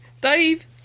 Dave